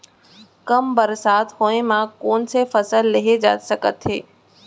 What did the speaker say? कम बरसात होए मा कौन से फसल लेहे जाथे सकत हे?